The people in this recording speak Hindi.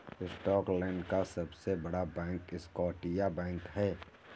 स्कॉटलैंड का सबसे बड़ा बैंक स्कॉटिया बैंक है